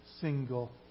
single